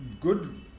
good